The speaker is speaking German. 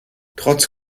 trotz